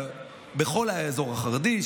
בכל האזור החרדי,